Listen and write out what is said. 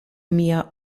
mia